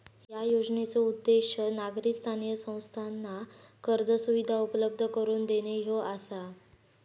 या योजनेचो उद्देश नागरी स्थानिक संस्थांना कर्ज सुविधा उपलब्ध करून देणे ह्यो आसा